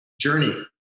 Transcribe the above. journey